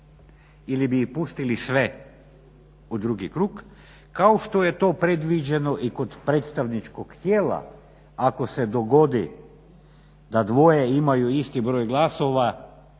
Ili bi ih pustili sve u drugi krug kao što je to predviđeno i kod predstavničkog tijela ako se dogodi da dvoje imaju isti broj glasova